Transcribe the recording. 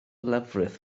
lefrith